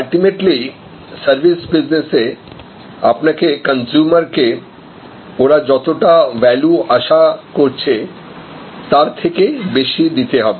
ultimately service বিজনেসে আপনাকে consumer কে ওরা যত টা ভ্যালু আশা করছে তার থেকে বেশি দিতে হবে